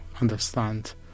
understand